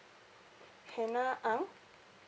hannah ang